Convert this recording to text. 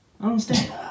understand